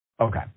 Okay